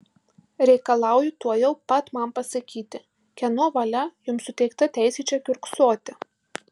reikalauju tuojau pat man pasakyti kieno valia jums suteikta teisė čia kiurksoti